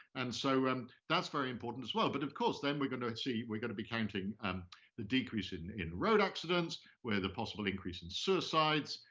and so um that's very important as well. but of course, then we're gonna see, we're gonna be counting um the decreases and in road accidents or the possible increase in suicides,